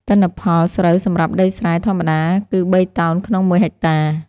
ទិន្នផលស្រូវសម្រាប់ដីស្រែ ធម្មតាគឺបីតោនក្នុងមួយហិកតា។